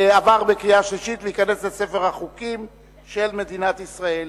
עברה בקריאה השלישית ותיכנס לספר החוקים של מדינת ישראל.